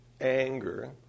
anger